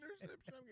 interception